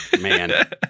man